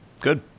Good